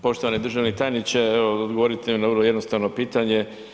Poštovani državni tajniče, evo odgovorite mi na vrlo jednostavno pitanje.